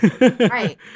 Right